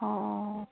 অঁ অঁ